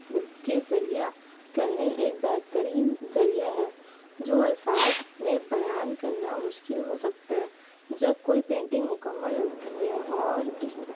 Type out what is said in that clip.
کے ذریعہ کرنے ایک بہترین ذریعہ ہے جو الفاظ میں بیان کرنا مشکل ہو سکتا ہے جب کوئی پینٹنگ مکمل ہوتی ہے اور اس